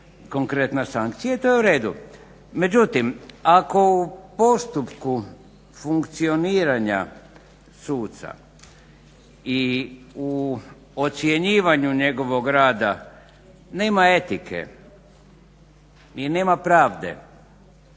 konkretna sankcija. I to je ured. Međutim, ako u postupku funkcioniranja suca i u ocjenjivanju njegovog rada nema etike i nema pravde